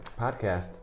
podcast